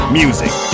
music